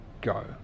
go